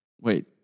Wait